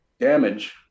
damage